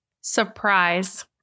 Surprise